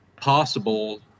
possible